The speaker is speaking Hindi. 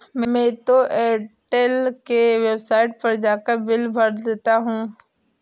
मैं तो एयरटेल के वेबसाइट पर जाकर बिल भर देता हूं